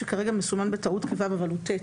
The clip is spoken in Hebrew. זה סעיף שכרגע מסומן בטעות כ-(ו) אבל הוא (ט).